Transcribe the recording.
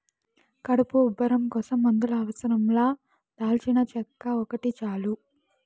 కడుపు ఉబ్బరం కోసం మందుల అవసరం లా దాల్చినచెక్క ఒకటి చాలు